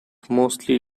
mostly